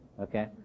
okay